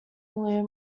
loom